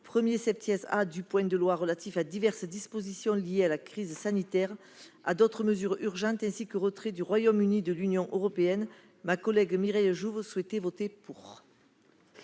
l'article 1 A du projet de loi relatif à diverses dispositions liées à la crise sanitaire, à d'autres mesures urgentes ainsi qu'au retrait du Royaume-Uni de l'Union européenne, ma collègue Mireille Jouve souhaitait voter pour.